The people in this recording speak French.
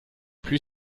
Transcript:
plus